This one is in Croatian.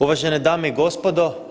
Uvažene dame i gospodo.